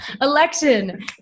election